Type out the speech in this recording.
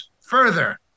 further